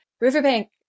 Riverbank